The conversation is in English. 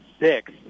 six